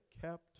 kept